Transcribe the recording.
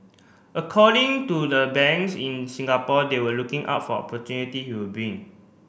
according to the banks in Singapore they were looking out for opportunity he will bring